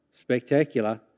Spectacular